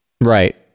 Right